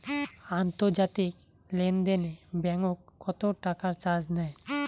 আন্তর্জাতিক লেনদেনে ব্যাংক কত টাকা চার্জ নেয়?